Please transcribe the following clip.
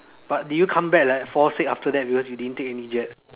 but did you come back like fall sick after that because you didn't take any jab